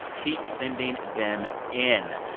keep sending them in.